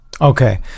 Okay